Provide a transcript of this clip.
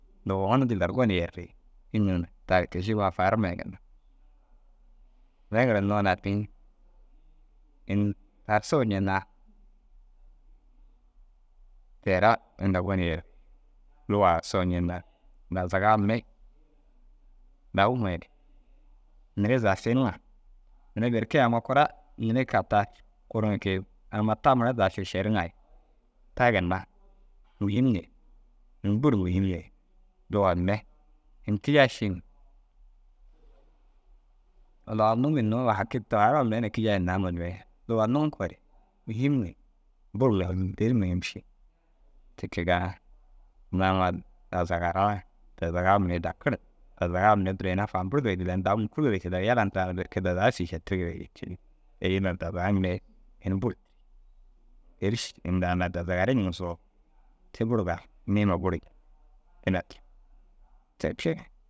Lugaa num jillar gon yerii înni yoo tar kišima farima ye ginna. Mire girennoo lakin in a soo ñenaa te raa inda gon yer. Lugaa soo ñenaa dazagaa mire dau muweere nire zaga finiŋa nire berke amma kura nire kaa tar kuuruŋo ke- i amma ta mura ši šeriŋaa ye ta ginna muhim ni ini buru muhim ni lugaa mire ini kijai ši ni. Laa num hinnoo haki tufarima mire na kiyai hinnaa munumee. Lugaa num koore muhim ni buru muhim dêri muhim ši. Ti kegaa nda amma dazagaraa dazagaa mire dakir. Dazagaa mire duro ina faamburugire jillar dau mukurugire kee daa yala ndiraa berke dazaga si šetirigire ru yikii. Te- i jillar dazaga mire ini buru, dêri ši inda ama dazagare ñigisoo te buru gali niima buri ginna tîri te kee.